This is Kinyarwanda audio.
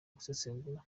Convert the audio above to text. gusesengura